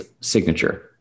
signature